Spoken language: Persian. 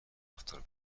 رفتار